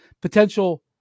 Potential